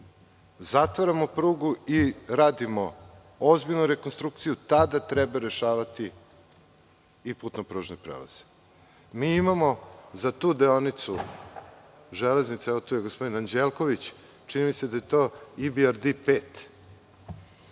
zatvaramo prugu i radimo ozbiljnu rekonstrukciju tada treba rešavati i putno-pružne prelaze. Mi imamo za tu deonicu železnice, evo tu je gospodin Anđelković, čini mi se da je to IBRD 5,